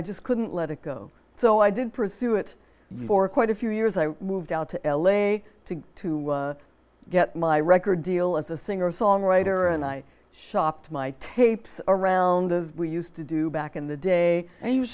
i just couldn't let it go so i didn't pursue it for quite a few years i moved out to l a to to get my record deal as a singer songwriter and i shopped my tapes around as we used to do back in the day and